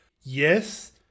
yes